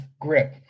grip